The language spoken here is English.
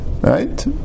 Right